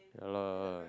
yeah lah